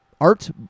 Art